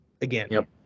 again